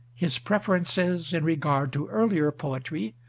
his preferences in regard to earlier poetry,